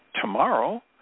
Tomorrow